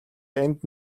энд